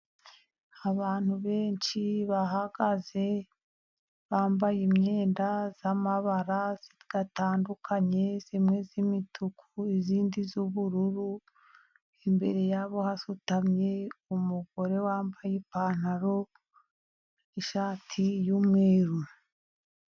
Abantu benshi bahagaze bambaye imyenda y'amabara atandukanye, imwe y'imituku, indi y'ubururu, imbere ya bo hasutamye umugore wambaye ipantaro n'ishati y'umweru.